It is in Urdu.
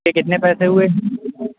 اس کے کتنے پیسے ہوئے